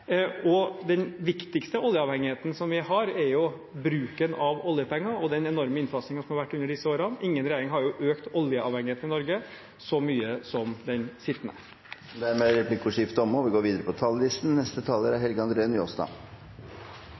dette. Den viktigste oljeavhengigheten som vi har, er bruken av oljepenger og den enorme innfasingen som har vært i disse årene. Ingen annen regjering har økt oljeavhengigheten i Norge så mye som den sittende. Replikkordskiftet er omme. Først vil eg takka komiteen for godt samarbeid, men òg takka komitésekretærane våre og